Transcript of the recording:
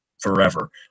forever